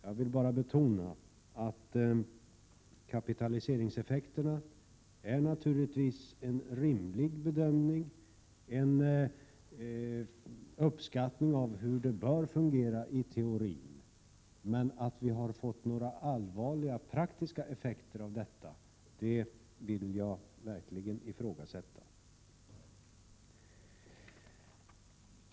Jag vill bara betona att kapitaliseringseffekterna naturligtvis är en rimlig bedömning, en uppskattning av hur det bör fungera i teorin, men att vi har fått några allvarliga praktiska effekter av detta vill jag verkligen ifrågasätta.